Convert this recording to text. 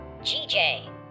GJ